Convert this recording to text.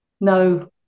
No